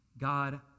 God